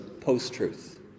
Post-truth